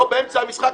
לא באמצע המשחק,